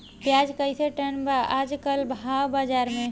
प्याज कइसे टन बा आज कल भाव बाज़ार मे?